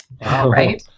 right